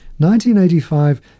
1985